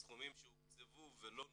הסכומים שהוקצבו ולא נוצלו,